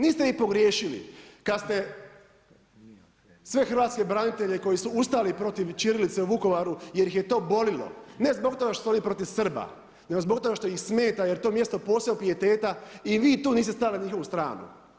Niste ni pogriješili kada ste sve hrvatske branitelje koji su ustali protiv ćirilice u Vukovaru jer ih je to boljelo, ne zbog toga što su oni protiv Srba nego zbog toga što ih smeta jer je to mjesto posebnog pijeteta i vi tu niste stali na njihovu stranu.